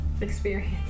experience